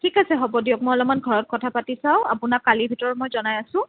ঠিক আছে হ'ব দিয়ক মই অলপমান ঘৰত কথা পাতি চাওঁ আপোনাক কালিৰ ভিতৰত মই জনাই আছোঁ